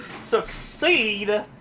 succeed